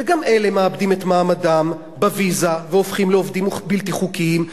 וגם אלה מאבדים את מעמדם בוויזה והופכים לעובדים בלתי חוקיים,